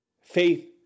Faith